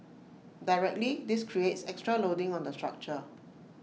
directly this creates extra loading on the structure